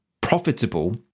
profitable